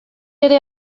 ere